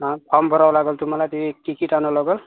form भरावं लागेल तुम्हाला ते तिकीट आणावं लागेल